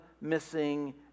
missing